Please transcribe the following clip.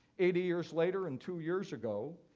eighty years later and two years ago,